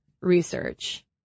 research